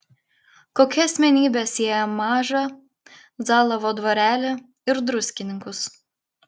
kokia asmenybė sieja mažą zalavo dvarelį ir druskininkus